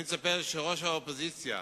אני מצפה שראש האופוזיציה,